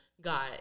got